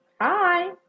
hi